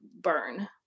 burn